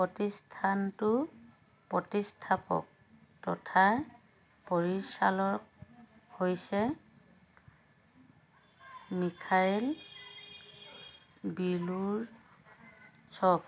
প্ৰতিষ্ঠানটোৰ প্ৰতিষ্ঠাপক তথা পৰিচালক হৈছে মিখাইল বিলুছভ